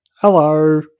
Hello